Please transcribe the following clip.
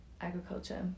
agriculture